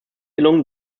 gelungen